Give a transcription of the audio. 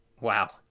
wow